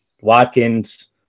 Watkins